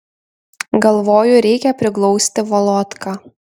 galvoju reikia priglausti volodką